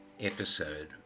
episode